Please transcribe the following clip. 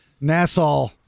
Nassau